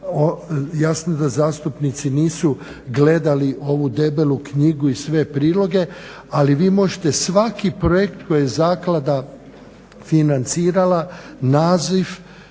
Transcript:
Jasno je da zastupnici nisu gledali ovu debelu knjigu i sve priloge, ali vi možete svaki projekt koji je zaklada financirala, naziv